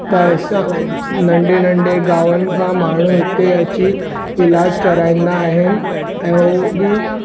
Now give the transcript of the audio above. त असां नंढे नंढे गांवनि खां माण्हूं हिते अची इलाजु कराईंदा आहिनि ऐं उहो बि